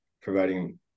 providing